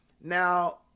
Now